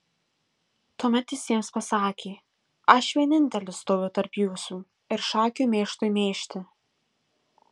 tuomet jis jiems pasakė aš vienintelis stoviu tarp jūsų ir šakių mėšlui mėžti